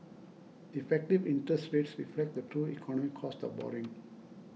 effective interest rates reflect the true economic cost of borrowing